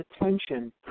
attention